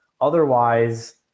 otherwise